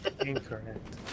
Incorrect